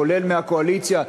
כולל מהקואליציה,